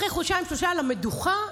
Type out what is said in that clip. אחרי חודשיים-שלושה על המדוכה,